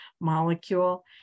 molecule